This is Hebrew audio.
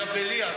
מג'בליה,